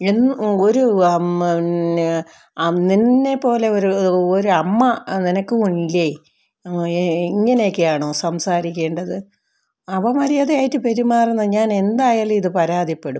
ഒരു അമ്മേനെ അമ്മേനെ പോലെ ഒരമ്മ നിനക്കും ഇല്ലേ ഇങ്ങനെയൊക്കെയാണോ സംസാരിക്കേണ്ടത് അപമര്യദയായിട്ട് പെരുമാറുന്ന ഞാൻ എന്തായാലും ഇതു പരാതിപ്പെടും